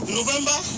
November